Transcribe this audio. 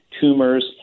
tumors